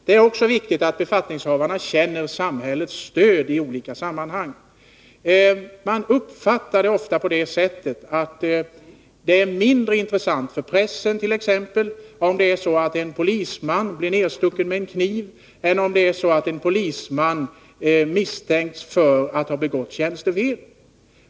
Det är också viktigt att befattningshavarna känner samhällets stöd i olika sammanhang. Det uppfattas ofta som mindre intressant för pressen om en polisman blir nedstucken med kniv än om en polisman misstänks för att ha begått tjänstefel.